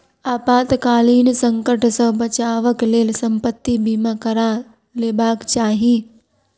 आपातकालीन संकट सॅ बचावक लेल संपत्ति बीमा करा लेबाक चाही